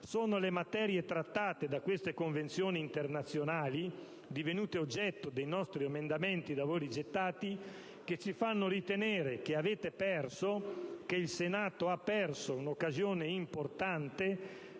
sono le materie trattate da queste convenzioni internazionali, divenute oggetto dei nostri emendamenti da voi rigettati, che ci fanno ritenere che avete perso, che il Senato ha perso un'occasione importante